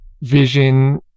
vision